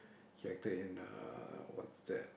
he acted in uh what's that